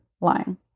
lying